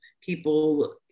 people